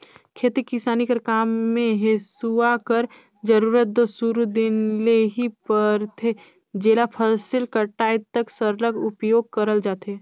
खेती किसानी कर काम मे हेसुवा कर जरूरत दो सुरू दिन ले ही परथे जेला फसिल कटाए तक सरलग उपियोग करल जाथे